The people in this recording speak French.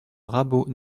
rabault